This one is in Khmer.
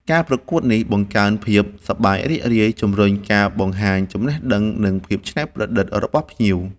ការប្រកួតនេះបង្កើនភាពសប្បាយរីករាយ ជម្រុញការបង្ហាញចំណេះដឹង និងភាពច្នៃប្រឌិតរបស់ភ្ញៀវ,